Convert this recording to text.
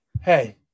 hey